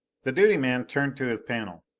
the duty man turned to his panel.